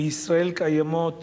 בישראל קיימות